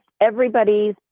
everybody's